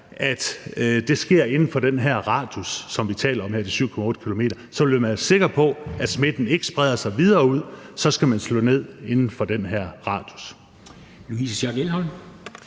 at det sker inden for den her radius, som vi taler om, på de her 7,8 km. Så vil man være sikker på, at smitten ikke spreder sig videre ud, skal man slå ned inden for den her radius.